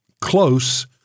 close